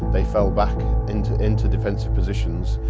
they fell back into into defensive positions.